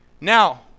Now